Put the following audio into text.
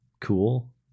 cool